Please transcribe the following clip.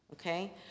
okay